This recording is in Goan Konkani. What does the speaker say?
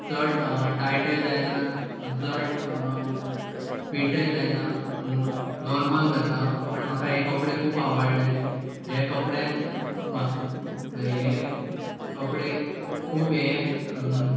चड टायटय जायना चड फिटय जायना नॉर्मल जाता पूण म्हाका हे कपडे खूब आवडले हे कपड्यान हे कपडे खूब हे